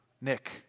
Nick